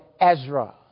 Ezra